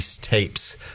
tapes